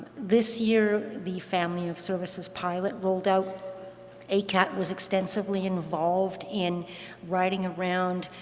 this year, the family of services pilot rolled out acat was extensively involved in riding around,